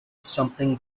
something